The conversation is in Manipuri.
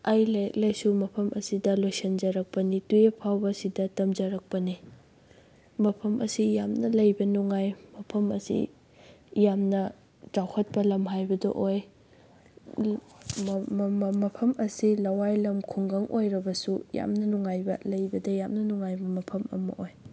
ꯑꯩ ꯂꯥꯏꯔꯤꯛ ꯂꯥꯏꯁꯨ ꯃꯐꯝ ꯑꯁꯤꯗ ꯂꯣꯏꯁꯟꯖꯔꯛꯄꯅꯤ ꯇꯨꯌꯦꯜꯐ ꯐꯧꯕ ꯁꯤꯗ ꯇꯝꯖꯔꯛꯄꯅꯤ ꯃꯐꯝ ꯑꯁꯤ ꯌꯥꯝꯅ ꯂꯩꯕ ꯅꯨꯡꯉꯥꯏ ꯃꯐꯝ ꯑꯁꯤ ꯌꯥꯝꯅ ꯆꯥꯎꯈꯠꯄ ꯂꯝ ꯍꯥꯏꯕꯗꯨ ꯑꯣꯏ ꯃꯐꯝ ꯑꯁꯤ ꯂꯋꯥꯏ ꯂꯝ ꯈꯨꯡꯒꯪ ꯑꯣꯏꯔꯕꯁꯨ ꯌꯥꯝꯅ ꯅꯨꯡꯉꯥꯏꯕ ꯂꯩꯕꯗ ꯌꯥꯝꯅ ꯅꯨꯡꯉꯥꯏꯕ ꯃꯐꯝ ꯑꯃ ꯑꯣꯏ